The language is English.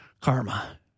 Karma